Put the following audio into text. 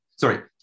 Sorry